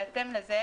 בהתאם לכך,